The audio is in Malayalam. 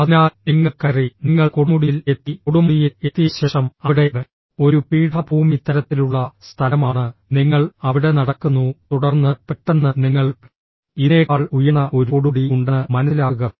അതിനാൽ നിങ്ങൾ കയറി നിങ്ങൾ കൊടുമുടിയിൽ എത്തി കൊടുമുടിയിൽ എത്തിയ ശേഷം അവിടെ ഒരു പീഠഭൂമി തരത്തിലുള്ള സ്ഥലമാണ് നിങ്ങൾ അവിടെ നടക്കുന്നു തുടർന്ന് പെട്ടെന്ന് നിങ്ങൾ ഇതിനേക്കാൾ ഉയർന്ന ഒരു കൊടുമുടി ഉണ്ടെന്ന് മനസ്സിലാക്കുക